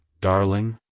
darling